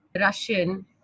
Russian